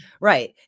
Right